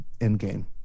Endgame